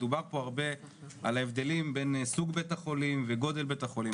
דובר פה הרבה על ההבדלים בין סוג בית החולים וגודל בית החולים,